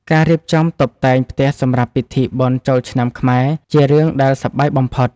ការរៀបចំតុបតែងផ្ទះសម្រាប់ពិធីបុណ្យចូលឆ្នាំខ្មែរ ជារឿងដែលសប្បាយបំផុត។